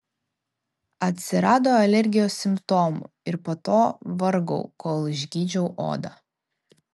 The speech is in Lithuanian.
atsirado alergijos simptomų ir po to vargau kol išgydžiau odą